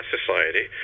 Society